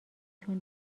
چون